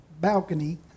balcony